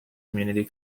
community